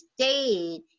stayed